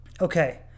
Okay